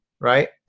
right